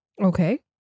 Okay